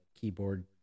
keyboard